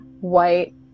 white